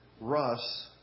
Russ